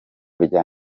rya